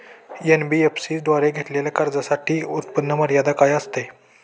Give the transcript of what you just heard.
NBFC द्वारे घेतलेल्या कर्जासाठी उत्पन्न मर्यादा काय असते?